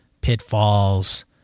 pitfalls